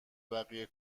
بقیه